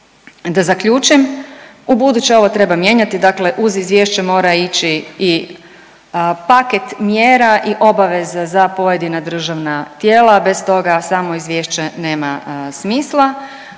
Da zaključim, ubuduće ovo treba mijenjati, dakle uz izvješće mora ići i paket mjera i obaveze za pojedina državna tijela, bez toga samo izvješće nema smisla.